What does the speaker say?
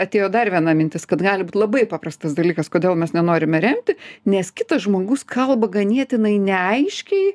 atėjo dar viena mintis kad gali būt labai paprastas dalykas kodėl mes nenorime remti nes kitas žmogus kalba ganėtinai neaiškiai